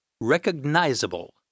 recognizable